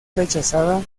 rechazada